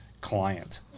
client